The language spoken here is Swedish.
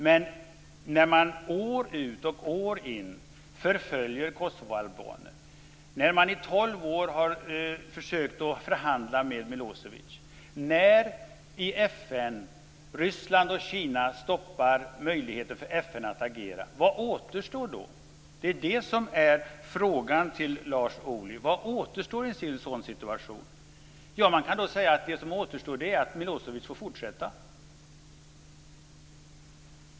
Men kosovoalbaner har förföljts år ut och år in. I tolv år har man försökt förhandla med Milosevic. Ryssland och Kina har stoppat FN:s möjlighet att agera. Vad återstår då? Det är frågan till Vad återstår i en sådan situation? Man kan säga att det som återstår är att Milosevic får fortsätta.